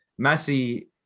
Messi